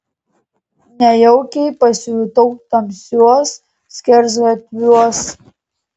nejaukiai pasijutau tamsiuos skersgatviuos